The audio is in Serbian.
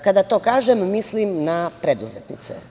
Kada to kažem mislim na preduzetnice.